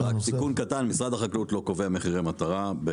תיקון קטן: משרד החקלאות לא קובע מחירי מטרה.